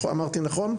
אמרתי נכון?